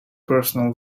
personal